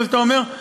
כמו שאתה אומר,